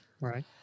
right